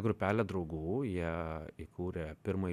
grupelė draugų jie įkūrė pirmąjį